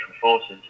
forces